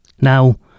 Now